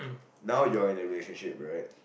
now you're in a relationship right